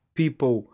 people